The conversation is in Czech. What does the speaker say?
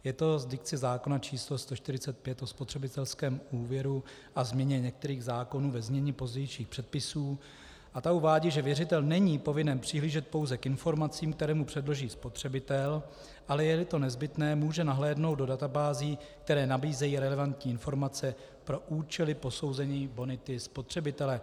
Je to z dikce zákona číslo 145, o spotřebitelském úvěru a změně některých zákonů, ve znění pozdějších předpisů, a ta uvádí, že věřitel není povinen přihlížet pouze k informacím, které mu předloží spotřebitel, ale jeli to nezbytné, může nahlédnout do databází, které nabízejí relevantní informace pro účely posouzení bonity spotřebitele.